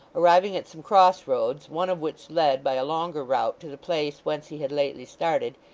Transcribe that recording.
arriving at some cross roads, one of which led by a longer route to the place whence he had lately started,